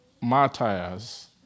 martyrs